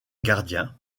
gardien